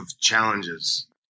challenges